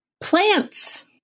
plants